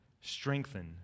strengthen